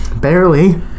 Barely